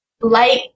light